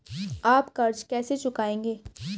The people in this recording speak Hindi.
आप कर्ज कैसे चुकाएंगे?